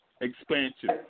Expansion